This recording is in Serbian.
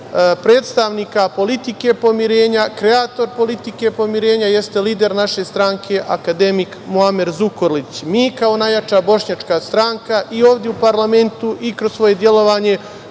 predstavnika politike pomirenja, kreator politike jeste lider naše stranke akademik Muamer Zukorlić. Mi kao najjača bošnjačka stranka i ovde u parlamentu i kroz svoje delovanje